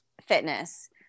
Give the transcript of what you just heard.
fitness